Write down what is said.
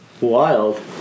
Wild